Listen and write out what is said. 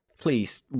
Please